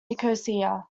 nicosia